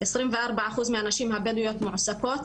עשרים וארבע אחוז מהנשים הבדואיות מועסקות,